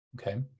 okay